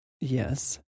Yes